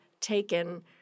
taken